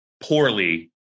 poorly